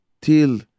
till